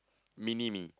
mini me